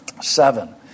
Seven